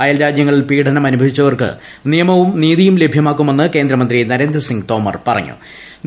അയൽ രാജ്യങ്ങളിൽ പീഡനമനുഭവിച്ചവർക്ക് നിയമവും നീതിയും ലഭ്യമാക്കുമെന്ന് കേന്ദ്രമന്ത്രി നരേന്ദ്ര സിംഗ് തോമർ പദ്യത്തു